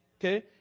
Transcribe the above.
Okay